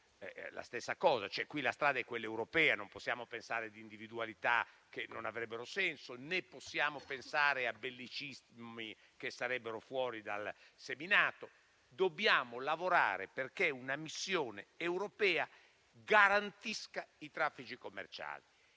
la stessa cosa: la strada è quella europea. Non possiamo pensare a individualità che non avrebbero senso, né possiamo pensare a bellicismi che sarebbero fuori dal seminato. Dobbiamo lavorare perché una missione europea garantisca i traffici commerciali.